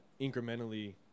incrementally